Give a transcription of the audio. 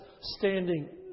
standing